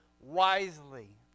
wisely